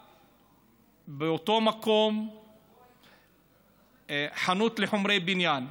באותו מקום בחנות לחומרי בניין: